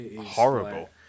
horrible